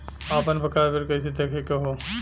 आपन बकाया बिल कइसे देखे के हौ?